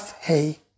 Hey